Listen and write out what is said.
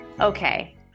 Okay